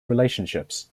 relationships